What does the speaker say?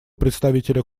представителя